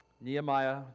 Nehemiah